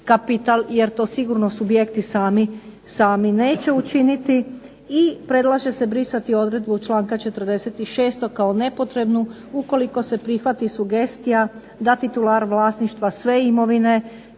jer to sigurno subjekti sami neće učiniti. I predlaže se brisati odredbu članka 46. kao nepotrebnu ukoliko se prihvati sugestija da titular vlasništva sve imovine